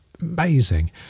amazing